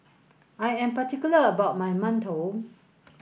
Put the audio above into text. I am particular about my mantou